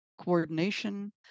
coordination